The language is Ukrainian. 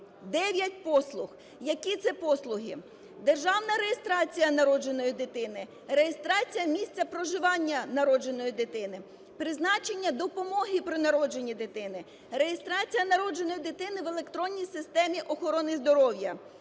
9 послуг. Які це послуги: державна реєстрація народженої дитини; реєстрація місця проживання народженої дитини; призначення допомоги при народженні дитини; реєстрація народженої дитини в електронній системі охорони здоров'я;